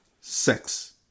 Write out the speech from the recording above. Sex